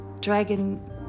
Dragon